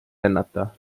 lennata